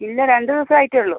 ഇല്ല രണ്ട് ദിവസം ആയിട്ടേ ഉള്ളൂ